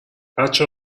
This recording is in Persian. بچه